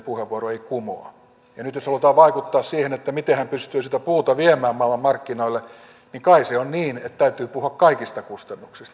nyt jos halutaan vaikuttaa siihen miten hän pystyy sitä puuta viemään maailmanmarkkinoille niin kai se on niin että täytyy puhua kaikista kustannuksista